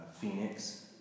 Phoenix